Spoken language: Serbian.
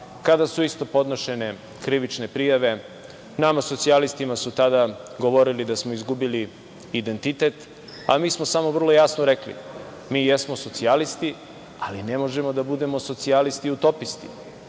kada su isto podnošene krivične prijave. Nama socijalistima su tada govorili da smo izgubili identitet, a mi smo samo vrlo jasno rekli - mi jesmo socijalisti, ali ne možemo da budemo socijalisti utopisti.